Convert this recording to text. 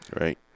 Right